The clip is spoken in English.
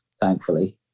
thankfully